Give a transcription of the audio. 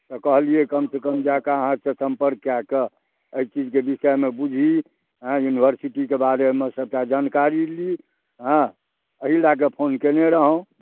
तऽ कहलियै कमसँ कम जा कऽ अहाँसँ सम्पर्क कए कऽ एहि चीजके विषयमे बुझी युनिवर्सिटीके बारेमे सभटा जनकारी ली हँ अही लए कऽ फोन केने रहहुँ